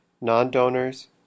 Non-donors